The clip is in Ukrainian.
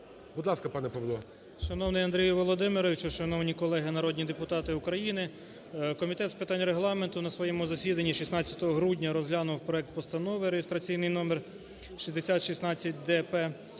ПИНЗЕНИК П.В. Шановний Андрію Володимировичу! Шановні колеги народні депутати України! Комітет з питань Регламенту на своєму засіданні, 16 грудня, розглянув проект постанови реєстраційний номер 6016-д-П